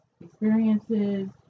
experiences